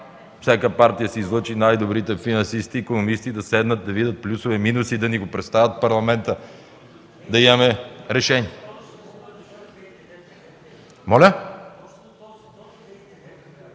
всяка партия да си излъчи най-добрите финансисти и икономисти, да седнат и да видят плюсовете и минусите, да ни го представят в парламента, да имаме решение. (Шум